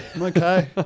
okay